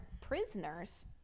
prisoners